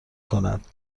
کند